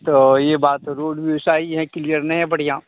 तो यह बात रूट भी सही हैं क्लियर नहीं है बढ़िया